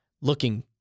looking